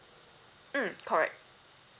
mm correct